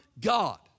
God